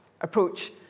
approach